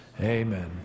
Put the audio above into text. Amen